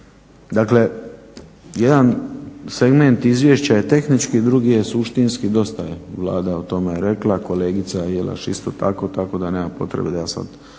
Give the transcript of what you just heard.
Dakle, jedan segment izvješća je tehnički, drugi je suštinski dosta Vlada o tome rekla. Kolegica Jelaš isto tako, tako da nema potrebe da ja